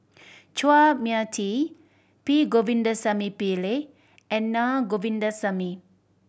Chua Mia Tee P Govindasamy Pillai and Naa Govindasamy